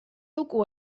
lugu